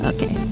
Okay